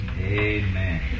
Amen